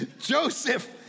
Joseph